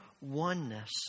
oneness